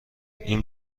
این